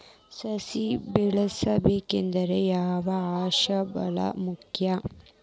ಸಸಿ ಬೆಳಿಬೇಕಂದ್ರ ಯಾವ ಅಂಶ ಭಾಳ ಮುಖ್ಯ?